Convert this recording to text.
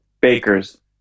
Bakers